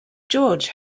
george